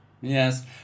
Yes